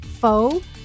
faux